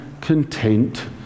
content